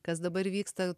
kas dabar vyksta